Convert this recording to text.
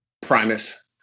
Primus